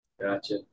Gotcha